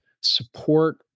support